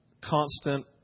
constant